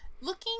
looking